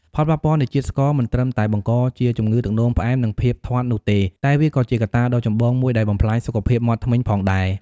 ផលប៉ះពាល់នៃជាតិស្ករមិនត្រឹមតែបង្កជាជំងឺទឹកនោមផ្អែម និងភាពធាត់នោះទេ តែវាក៏ជាកត្តាដ៏ចម្បងមួយដែលបំផ្លាញសុខភាពមាត់ធ្មេញផងដែរ។